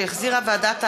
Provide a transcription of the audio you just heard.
שהחזירה ועדת העבודה,